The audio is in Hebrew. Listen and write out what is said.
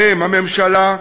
ובהם הממשלה,